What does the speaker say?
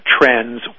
trends